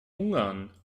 hungern